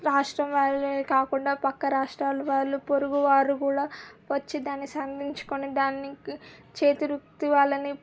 రాష్ట్రం వాళ్ళే కాకుండా ప్రక్క రాష్ట్రాల వాళ్ళు పొరుగు వారు కుడా వచ్చి దాన్ని సందర్శించుకొని దానికి చేతివృత్తి వాళ్ళని